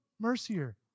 Mercier